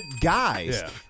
guys